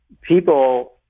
people